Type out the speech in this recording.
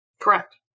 Correct